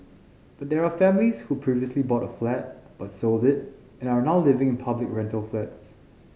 there are families who previously bought a flat but sold it and are now living in public rental flats